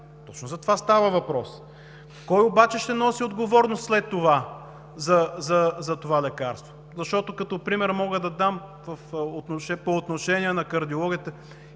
Точно за това става въпрос. Кой обаче ще носи отговорност след това за това лекарство? Мога да дам пример по отношение на кардиологията